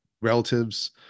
relatives